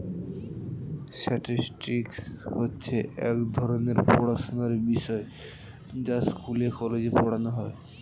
statistics হচ্ছে এক ধরণের পড়াশোনার বিষয় যা স্কুলে, কলেজে পড়ানো হয়